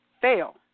fail